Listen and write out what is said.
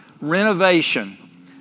renovation